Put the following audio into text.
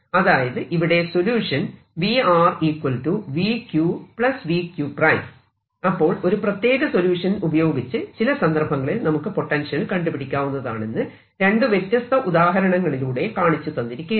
അതായത് ഇവിടെ സൊല്യൂഷൻ അപ്പോൾ ഒരു പ്രത്യേക സൊല്യൂഷൻ ഉപയോഗിച്ച് ചില സന്ദർഭങ്ങളിൽ നമുക്ക് പൊട്ടൻഷ്യൽ കണ്ടുപിടിക്കാവുന്നതാണെന്ന് രണ്ടു വ്യത്യസ്ത ഉദാഹരണങ്ങളിലൂടെ കാണിച്ചു തന്നിരിക്കയാണ്